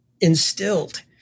instilled